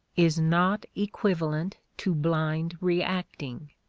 is not equivalent to blind reacting.